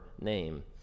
name